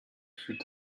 fut